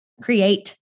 create